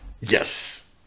yes